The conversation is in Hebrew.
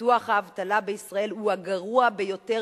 ביטוח האבטלה בישראל הוא הגרוע ביותר